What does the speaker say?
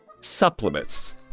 supplements